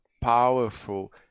powerful